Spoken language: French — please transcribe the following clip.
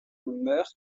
meurt